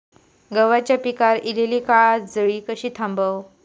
गव्हाच्या पिकार इलीली काजळी कशी थांबव?